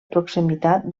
proximitat